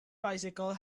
bicycle